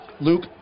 Luke